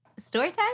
Storytime